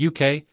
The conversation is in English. UK